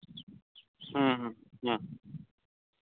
ᱦᱮᱸ ᱦᱮᱸ